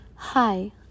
Hi